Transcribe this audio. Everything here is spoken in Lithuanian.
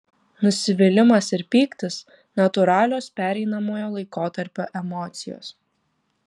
nusivylimas ir pyktis natūralios pereinamojo laikotarpio emocijos